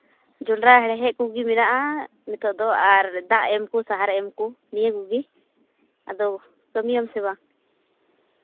ᱡᱚᱱᱰᱨᱟ ᱦᱮᱲᱦᱮᱫ ᱠᱚᱜᱮ ᱢᱮᱱᱟᱜᱼᱟ ᱱᱤᱛᱚᱜ ᱫᱚ ᱟᱨ ᱫᱟᱜ ᱮᱢ ᱠᱚ ᱥᱟᱨ ᱮᱢ ᱠᱚ ᱱᱤᱭᱟᱹ ᱠᱚᱜᱮ ᱟᱫᱚ ᱠᱟᱹᱢᱤᱭᱟᱹᱢ ᱥᱮ ᱵᱟᱝ